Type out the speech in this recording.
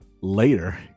later